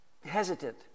hesitant